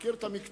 מכיר את המקצוע.